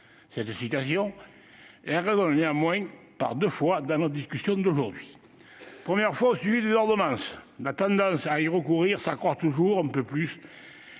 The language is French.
cette citation, elle résonne néanmoins par deux fois dans notre discussion d'aujourd'hui. Une première fois au sujet des ordonnances. La tendance à y recourir s'accroît toujours un peu plus